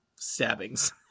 stabbings